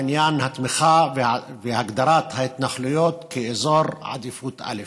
עניין התמיכה והגדרת ההתנחלויות כאזור עדיפות א'